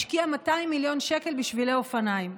השקיע 200 מיליון שקל בשבילי אופניים.